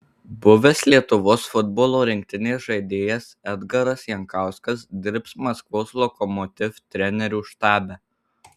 buvęs lietuvos futbolo rinktinės žaidėjas edgaras jankauskas dirbs maskvos lokomotiv trenerių štabe